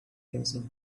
desert